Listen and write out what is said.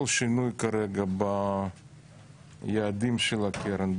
כל שינוי כרגע ביעדים של הקרן,